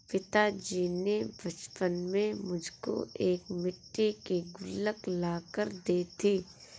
पिताजी ने बचपन में मुझको एक मिट्टी की गुल्लक ला कर दी थी